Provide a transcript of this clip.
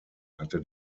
hatte